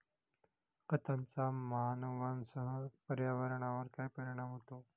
खतांचा मानवांसह पर्यावरणावर काय परिणाम होतो?